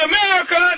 America